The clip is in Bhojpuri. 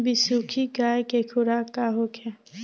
बिसुखी गाय के खुराक का होखे?